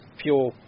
pure